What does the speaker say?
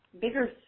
bigger